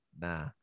nah